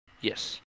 yes